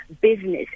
business